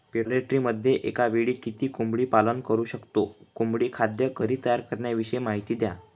पोल्ट्रीमध्ये एकावेळी किती कोंबडी पालन करु शकतो? कोंबडी खाद्य घरी तयार करण्याविषयी माहिती द्या